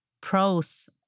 pros